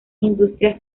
industrias